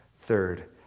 third